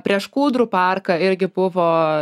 prieš kūdrų parką irgi buvo